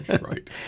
right